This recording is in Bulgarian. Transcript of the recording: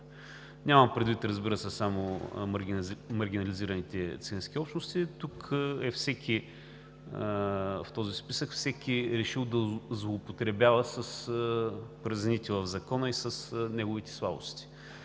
Нямам предвид, разбира се, само маргинализираните цигански общности. Тук, в този списък, е всеки, решил да злоупотребява с празнините в Закона и с неговите слабости.